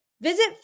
Visit